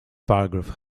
paragraph